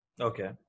Okay